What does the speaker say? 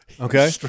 Okay